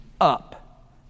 up